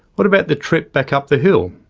what about the trip back up the hill?